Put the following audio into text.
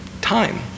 time